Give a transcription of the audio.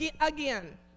again